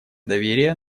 доверия